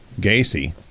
Gacy